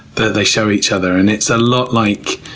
that they show each other and it's a lot like,